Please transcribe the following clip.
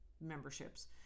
memberships